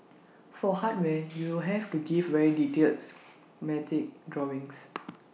for hardware you have to give very detailed schematic drawings